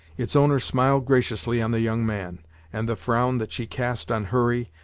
its owner smiled graciously on the young man and the frown that she cast on hurry,